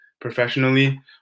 professionally